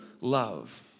love